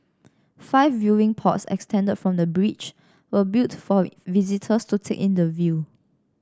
five viewing pods extended from the bridge were built for visitors to take in the view